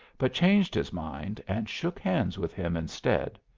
but changed his mind and shook hands with him instead.